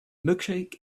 milkshake